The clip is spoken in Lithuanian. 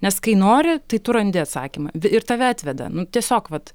nes kai nori tai tu randi atsakymą ir tave atveda nu tiesiog vat